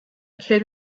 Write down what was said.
kid